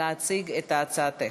להציג את הצעתך.